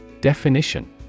Definition